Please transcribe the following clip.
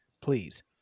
please